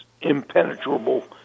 impenetrable